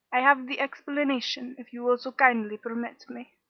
i have the explanation, if you will so kindly permit me.